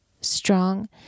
strong